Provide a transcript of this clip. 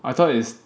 I thought is